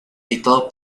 editado